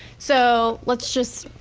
so let's just,